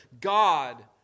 God